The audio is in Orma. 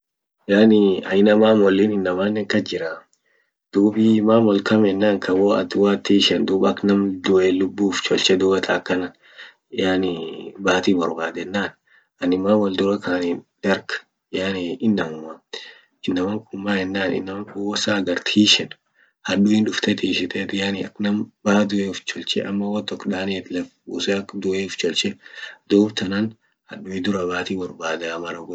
Yani aina mamoli innamanen kas jira, dubi mammal kam yenan ka hoat hoatin ishent dub ak nam due lubu uf cholche dubatan akana yani bati borbad yenan anin mammal dura kan anin darg yani inamuma inaman kun man yenan inaman kun ho sa agar tishan haduin dufte tishitet yani ak nam ba due uf cholche ama ho tok daniet laf buse ak due uf cholche dub tanan hadui durabati borbada.